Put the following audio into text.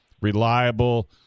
reliable